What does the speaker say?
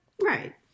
Right